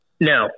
No